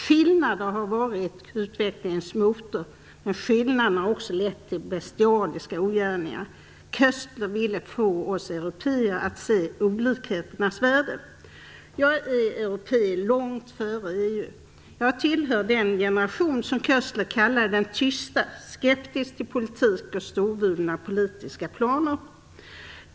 Skillnader har varit utvecklingens motor, men skillnader har också lett till bestialiska ogärningar. Koestler ville få oss européer att se olikheternas värde. Jag var europé långt före anslutningen till EU. Jag tillhör den generation som Koestler kallade "den tysta" - skeptisk till politik och storvulna politiska planer.